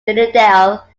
lilydale